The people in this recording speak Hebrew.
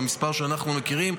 והמספר שאנחנו מכירים,